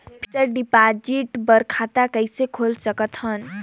Fixed deposit बर खाता कइसे खोल सकत हन?